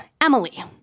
Emily